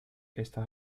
estas